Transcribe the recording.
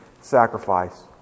sacrifice